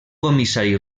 comissari